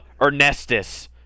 Ernestus